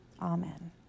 Amen